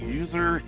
user